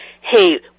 Hey